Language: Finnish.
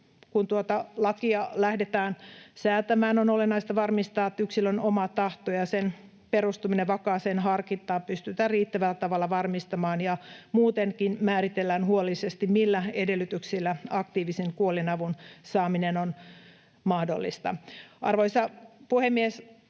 Kun tuota lakia lähdetään säätämään, on olennaista varmistaa, että yksilön oma tahto ja sen perustuminen vakaaseen harkintaan pystytään riittävällä tavalla varmistamaan ja muutenkin määritellään huolellisesti, millä edellytyksillä aktiivisen kuolinavun saaminen on mahdollista. Arvoisa puhemies!